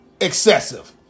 excessive